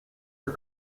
are